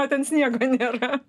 o ten sniego nėra